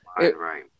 Right